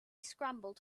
scrambled